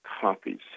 copies